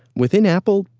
within apple,